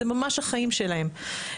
זה ממש החיים שלהם.